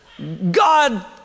God